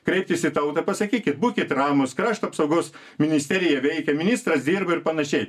kreiptis į tautą pasakykit būkit ramūs krašto apsaugos ministerija veikia ministras dirba ir panašiai